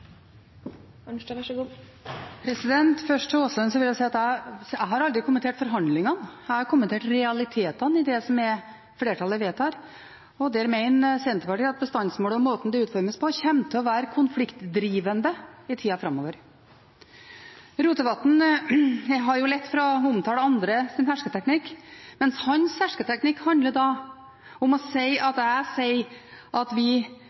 til en kort merknad, begrenset til 1 minutt. Først til Aasland: Jeg har aldri kommentert forhandlingene, jeg har kommentert realitetene i det som flertallet vedtar, og der mener Senterpartiet at bestandsmål og måten de utformes på, kommer til å være konfliktdrivende i tiden framover. Rotevatn har lett for å omtale andres hersketeknikk, men hans hersketeknikk handler om å si at jeg sier at vi